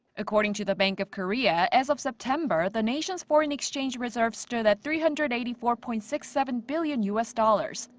according to the bank of korea, as of september, the nation's foreign exchange reserves stood at three hundred and eighty four point six seven billion u s. dollars.